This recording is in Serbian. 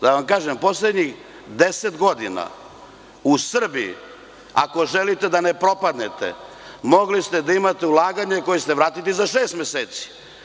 Da vam kažem, poslednjih deset godina u Srbiji ako želite da ne propadnete mogli ste da imate ulaganje koje ćete vratiti za šest meseci.